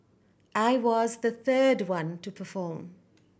I was the third one to perform